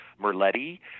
Merletti